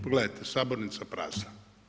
Pogledajte, sabornica prazna.